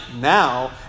now